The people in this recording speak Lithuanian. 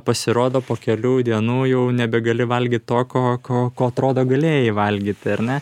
pasirodo po kelių dienų jau nebegali valgyti to ko ko ko atrodo galėjai valgyti ar ne